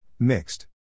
Mixed